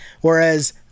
whereas